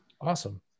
awesome